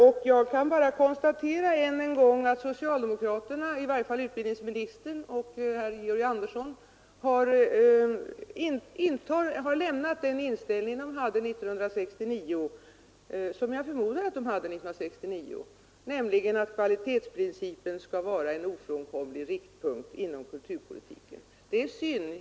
Och jag konstaterar än en gång att socialdemokraterna — eller i varje fall utbildningsministern och Georg Andersson i Lycksele — har gått ifrån den inställning som jag förmodar att de hade 1969, nämligen att kvalitetsprincipen skall vara en ofrånkomlig riktpunkt inom kulturpolitiken. Det är synd.